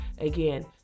Again